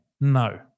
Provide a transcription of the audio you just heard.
No